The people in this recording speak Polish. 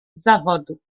zawodu